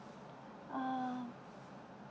um